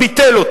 ביטל.